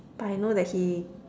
but I know that he